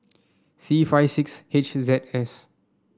C five six H Z S